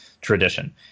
tradition